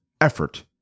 effort